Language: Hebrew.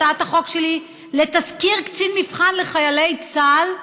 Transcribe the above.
הצעת החוק שלי לתסקיר קצין מבחן לחיילי צה"ל,